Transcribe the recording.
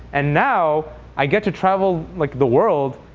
and now i get to travel like the world,